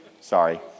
Sorry